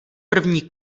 první